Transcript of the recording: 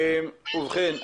ובכן,